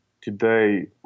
today